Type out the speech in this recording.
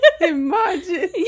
Imagine